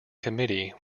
committee